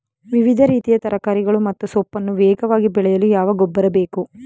ವಿವಿಧ ರೀತಿಯ ತರಕಾರಿಗಳು ಮತ್ತು ಸೊಪ್ಪನ್ನು ವೇಗವಾಗಿ ಬೆಳೆಯಲು ಯಾವ ಗೊಬ್ಬರ ಬೇಕು?